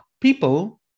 people